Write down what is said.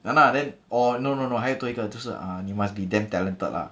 !hanna! then or no no no 还有一个就是 you must be damn talented lah